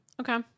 okay